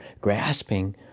grasping